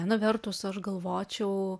viena vertus aš galvočiau